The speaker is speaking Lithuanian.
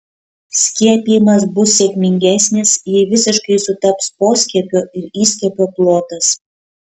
skiepijimas bus sėkmingesnis jei visiškai sutaps poskiepio ir įskiepio plotas